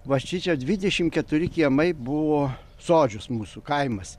va šičia dvidešimt keturi kiemai buvo sodžius mūsų kaimas